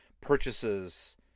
purchases